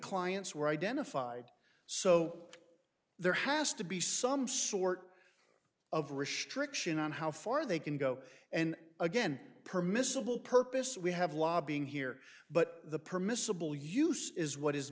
clients were identified so there has to be some sort of restriction on how far they can go and again permissible purpose we have lobbying here but the permissible use is what is